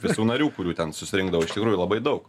visų narių kurių ten susirinkdavo iš tikrųjų labai daug